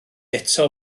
eto